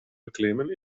beklimmen